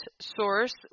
source